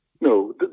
no